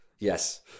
Yes